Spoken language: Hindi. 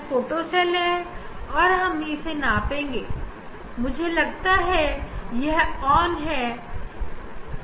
यह फोटो सेल है और हम इसे मापेगे मुझे लगता है यह ऑन है हां